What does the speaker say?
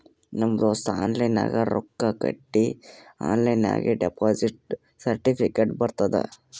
ನಮ್ ದೋಸ್ತ ಆನ್ಲೈನ್ ನಾಗ್ ರೊಕ್ಕಾ ಕಟ್ಟಿ ಆನ್ಲೈನ್ ನಾಗೆ ಡೆಪೋಸಿಟ್ ಸರ್ಟಿಫಿಕೇಟ್ ಬರ್ತುದ್